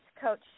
coach